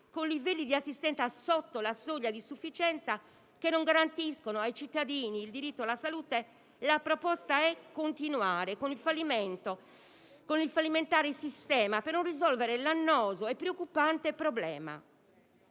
essenziali di assistenza al di sotto della soglia di sufficienza, che non garantiscono ai cittadini il diritto alla salute, la proposta è quella di continuare con il fallimento, con il fallimentare sistema per non risolvere l'annoso e preoccupante problema.